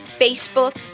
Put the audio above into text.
Facebook